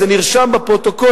זה נרשם בפרוטוקול,